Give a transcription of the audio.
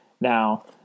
Now